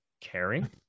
caring